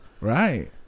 Right